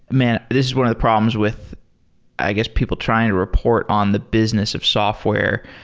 man, this is one of the problems with i guess people trying to report on the business of software.